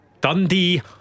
Dundee